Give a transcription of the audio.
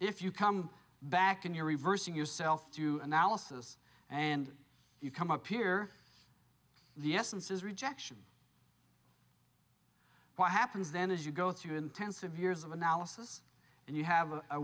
if you come back in your reversing yourself to analysis and you come up here the essence is rejection what happens then is you go through intensive years of analysis and you have a